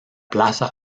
plaza